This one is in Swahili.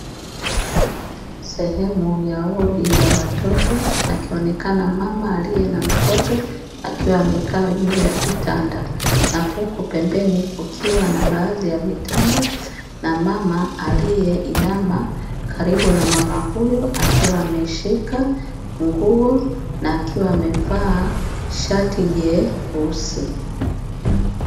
Sehemu ya wodi ya watoto, akionekana mama aliye na mtoto, akiwa amekaa juu ya kitanda na huku pembeni kukiwa na baadhi ya vitanda, na mama aliyeinama karibu na mama huyo, akiwa ameshika nguo na akiwa amevaa shati jeusi.